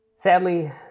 Sadly